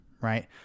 right